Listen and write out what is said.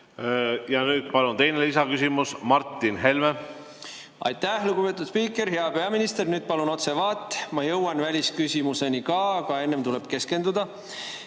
Ja nüüd palun teine lisaküsimus, Martin Helme. Aitäh, lugupeetud spiiker! Hea peaminister! Nüüd palun otse vaat. Ma jõuan välisküsimuseni ka, aga enne tuleb keskenduda.